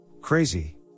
Crazy